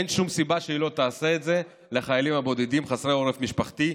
אין שום סיבה שהיא לא תעשה את זה לחיילים הבודדים חסרי העורף המשפחתי,